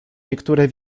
niektóre